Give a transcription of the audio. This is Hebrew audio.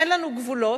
אין לנו גבולות.